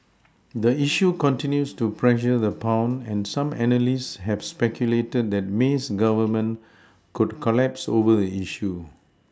the issue continues to pressure the pound and some analysts have speculated that May's Government could collapse over the issue